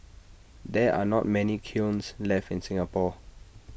there are not many kilns left in Singapore